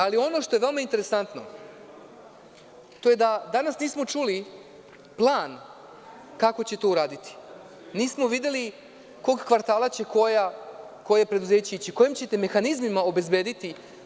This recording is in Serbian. Ali, ono što je veoma interesantno, to je da danas nismo čuli plan kako će to uraditi, nismo videli kog kvartala će koje preduzeće ići, kojim ćete mehanizmima obezbediti.